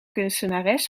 kunstenares